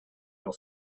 your